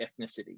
ethnicity